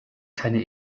keine